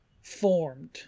formed